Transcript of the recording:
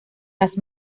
las